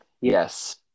Yes